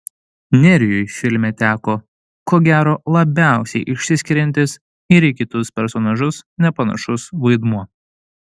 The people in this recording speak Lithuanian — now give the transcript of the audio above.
nerijui filme teko ko gero labiausiai išsiskiriantis ir į kitus personažus nepanašus vaidmuo